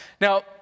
Now